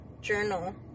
journal